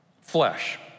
flesh